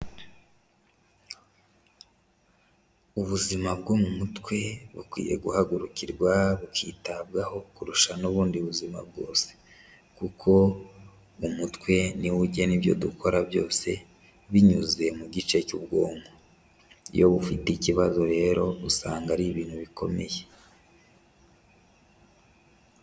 Ubuzima bwo mu mutwe bukwiye guhagurukirwa bakitabwaho kurusha n'ubundi buzima bwose, kuko umutwe niwo ugena ibyo dukora byose binyuze mu gice cy'ubwonko, iyo bufite ikibazo rero usanga ari ibintu bikomeye.